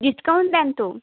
discount দেন তো